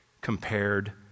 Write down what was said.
compared